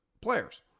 players